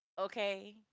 Okay